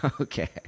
Okay